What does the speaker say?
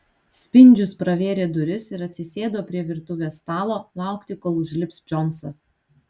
spindžius pravėrė duris ir atsisėdo prie virtuvės stalo laukti kol užlips džonsas